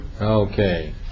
Okay